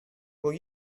will